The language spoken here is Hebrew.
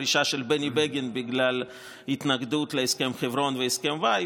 פרישה של בני בגין בגלל התנגדות להסכמי חברון וואי,